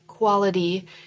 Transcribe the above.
quality